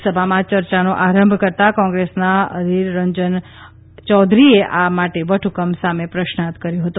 લોકસભામાં ચર્ચાનો આરંભ કરતાં કોંગ્રેસના અધિર રંજન ચૌધરીએ આ માટે વટહુકમ સામે પ્રશ્નાર્થ કર્યો હતો